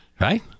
right